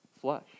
flesh